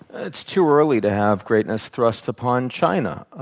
it's too early to have greatness thrust upon china.